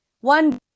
One